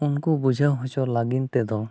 ᱩᱱᱠᱩ ᱵᱩᱡᱷᱟᱹᱣ ᱦᱚᱪᱚ ᱞᱟᱹᱜᱤᱫ ᱛᱮᱫᱚ